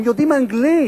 הם יודעים אנגלית,